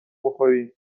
بخوریم